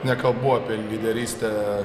nekalbu apie lyderystę